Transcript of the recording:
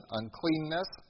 uncleanness